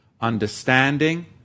Understanding